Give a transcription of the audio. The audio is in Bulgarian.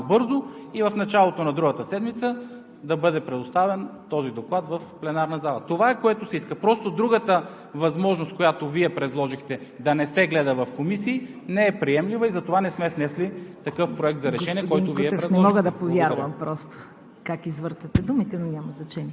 да влезе в комисиите на българския парламент, да бъде гледан, естествено, в тях максимално бързо и в началото на другата седмица да бъде предоставен този доклад в пленарната зала. Това е, което се иска. Другата възможност, която Вие предложихте – да не се гледа в комисии, не е приемлива и затова не сме внесли